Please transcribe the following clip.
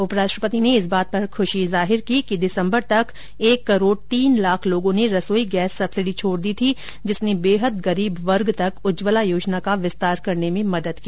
उपराष्ट्रपति ने इस बात पर खुशी जाहिर की कि दिसंबर तक एक करोड़ तीन लाख लोगों ने रसोई गैस सब्सिडी छोड़ दी थी जिसने बेहद गरीब वर्ग तक उज्ज्वला योजना का विस्तार करने में मदद की